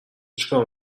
چیکار